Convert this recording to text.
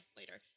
later